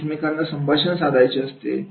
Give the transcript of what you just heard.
त्यांनी एकमेकांमध्ये संभाषण साधायचे असते